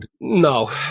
No